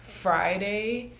friday,